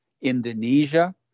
Indonesia